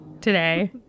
today